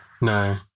no